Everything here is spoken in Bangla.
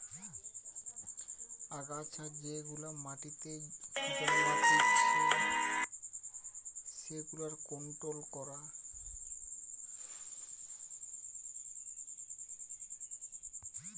আগাছা যেগুলা মাটিতে জন্মাতিচে সেগুলার কন্ট্রোল করা